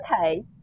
Okay